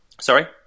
Sorry